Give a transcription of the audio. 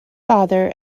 father